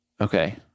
Okay